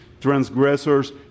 transgressors